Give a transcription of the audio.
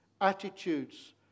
attitudes